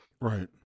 right